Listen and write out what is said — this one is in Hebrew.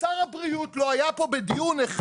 ושר הבריאות לא היה פה בדיון אחד,